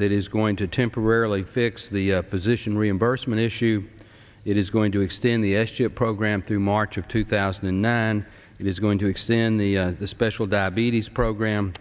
that is going to temporarily fix the position reimbursement issue it is going to extend the s chip program through march of two thousand and nine it is going to extend the the special diabetes program